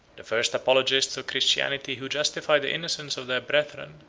the first apologists of christianity who justify the innocence of their brethren,